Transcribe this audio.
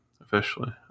officially